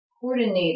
coordinated